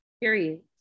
Period